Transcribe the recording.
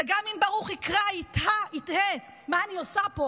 וגם אם ברוכי קרא יתהה מה אני עושה פה,